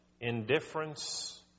indifference